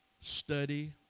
study